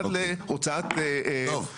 עד להוצאת --- אוקיי,